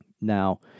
Now